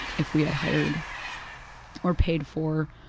if we had hired or paid for